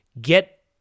get